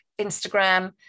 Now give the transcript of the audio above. Instagram